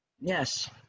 Yes